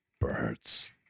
Birds